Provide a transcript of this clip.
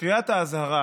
קריאת האזהרה